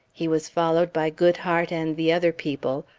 he was followed by goodhart and the other people,